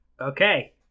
Okay